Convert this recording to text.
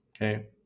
okay